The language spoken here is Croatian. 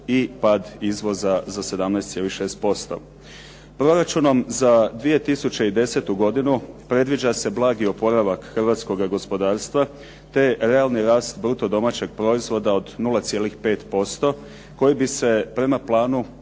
i pad izvoza za 17,6%. Proračunom za 2010. godinu predviđa se blagi oporavak Hrvatskoga gospodarstva te realni rast bruto domaćeg proizvoda od 0,5% koji bi se, prema planu,